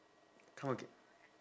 come agai~